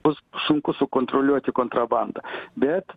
bus sunku sukontroliuoti kontrabandą bet